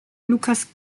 lucas